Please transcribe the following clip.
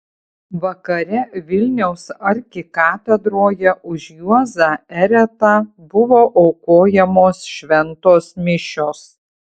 vakare vilniaus arkikatedroje už juozą eretą buvo aukojamos šventos mišios